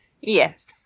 yes